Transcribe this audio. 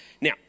now